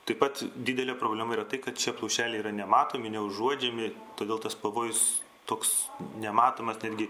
taip pat didelė problema yra tai kad šie plaušeliai yra nematomi neužuodžiami todėl tas pavojus toks nematomas netgi